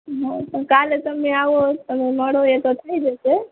હા તો કાલે તમે આવો તમે મળો એ તો થઇ જશે